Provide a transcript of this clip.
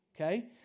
okay